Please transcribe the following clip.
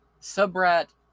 Subrat